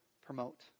promote